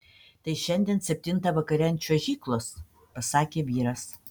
tai šiandien septintą vakare ant čiuožyklos pasakė vyras